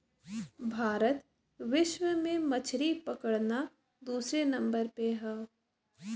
भारत विश्व में मछरी पकड़ना दूसरे नंबर पे हौ